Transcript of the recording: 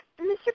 Mr